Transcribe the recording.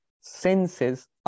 senses